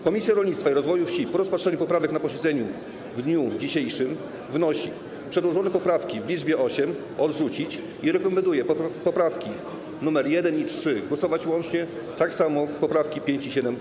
Komisja Rolnictwa i Rozwoju Wsi po rozpatrzeniu poprawek na posiedzeniu w dniu dzisiejszym wnosi: przedłożone poprawki w liczbie ośmiu odrzucić i rekomenduje nad poprawkami 1. i 3. głosować łącznie, tak samo nad poprawkami 5. i 7.